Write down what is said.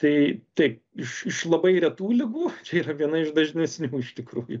tai taip iš iš labai retų ligų čia yra viena iš dažnesnių iš tikrųjų